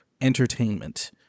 entertainment